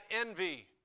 envy